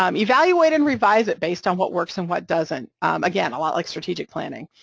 um evaluate and revise it based on what works and what doesn't, again, a lot like strategic planning,